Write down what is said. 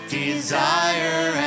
desire